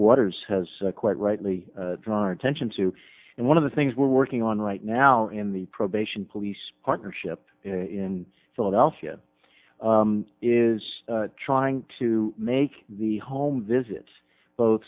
waters has quite rightly drawn attention to and one of the things we're working on right now in the probation police partnership in philadelphia is trying to make the home visits both